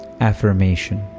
Affirmation